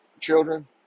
children